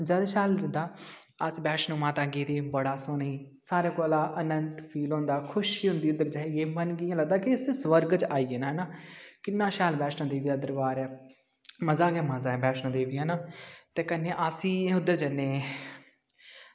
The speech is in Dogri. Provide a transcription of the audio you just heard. ज्यादा शैल लगदा अस वैष्णो माता गेदे बड़ा सौह्ना सारें कोला आनंद फील होंदी खुशी फील होंदी उद्धर जाइयै मन गी इं'या लगदा कि इस स्वर्ग च आई गे न हैना किन्ना शैल वैष्णो देवी दा दरबार ऐ मज़ा गै मज़ा ऐ वैष्णो देवी है ना ते कन्नै अस ई उद्धर जन्ने